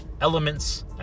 elements